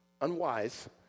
unwise